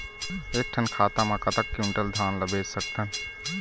एक ठन खाता मा कतक क्विंटल धान ला बेच सकथन?